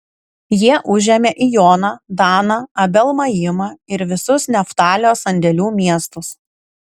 jie užėmė ijoną daną abel maimą ir visus neftalio sandėlių miestus